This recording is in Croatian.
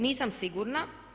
Nisam sigurna.